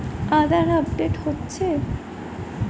আধার update হচ্ছে?